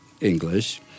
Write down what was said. English